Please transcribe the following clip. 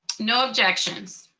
no objections.